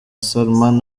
salman